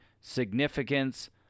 significance